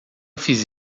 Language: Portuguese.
fiz